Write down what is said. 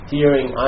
Hearing